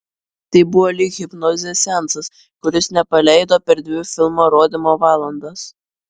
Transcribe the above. tai buvo lyg hipnozės seansas kuris nepaleido per dvi filmo rodymo valandas